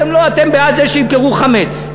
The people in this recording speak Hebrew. אתם בעד זה שימכרו חמץ.